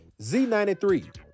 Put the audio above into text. Z93